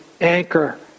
anchor